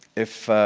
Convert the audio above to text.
if.